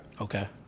Okay